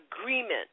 agreement